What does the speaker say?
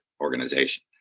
organization